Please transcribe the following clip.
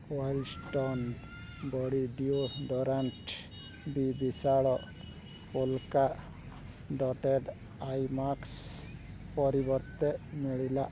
wild stone body deodorant ବି ବିଶାଲ୍ polka dotted eye mask ପରିବର୍ତ୍ତେ ମିଳିଲା